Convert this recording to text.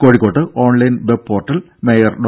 കോഴിക്കോട്ട് online web portal mayor ഡോ